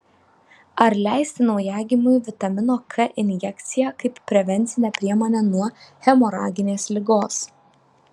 ar leisti naujagimiui vitamino k injekciją kaip prevencinę priemonę nuo hemoraginės ligos